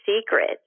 secret